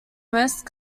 most